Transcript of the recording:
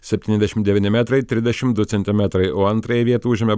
septyniasdešimt devyni metrai trisdešimt du centimetrai o antrąją vietą užėmė